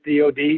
DOD